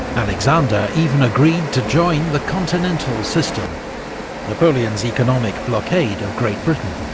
alexander even agreed to join the continental system napoleon's economic blockade of great britain,